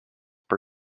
per